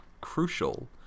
crucial